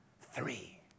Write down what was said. Three